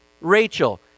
Rachel